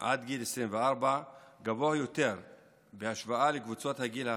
עד גיל 24 גבוה יותר בהשוואה לקבוצות הגיל האחרות,